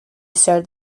showed